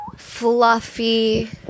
Fluffy